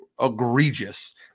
egregious